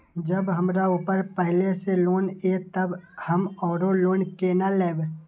जब हमरा ऊपर पहले से लोन ये तब हम आरो लोन केना लैब?